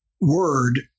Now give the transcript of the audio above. word